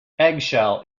eggshell